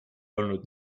olnud